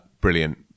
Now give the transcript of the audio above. brilliant